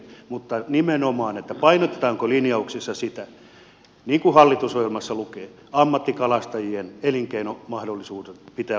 painotetaanko nimenomaan linjauksissa sitä niin kuin hallitusohjelmassa lukee että ammattikalastajien elinkeinomahdollisuudet pitää ottaa huomioon